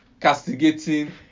castigating